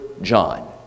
John